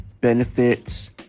benefits